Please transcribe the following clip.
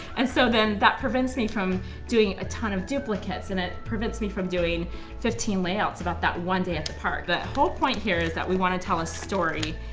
and so then that prevents me from doing a ton of duplicates, and it prevents me from doing fifteen layouts about that one day at the park. the whole point here is that we want to tell a story,